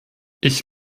ich